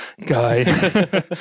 guy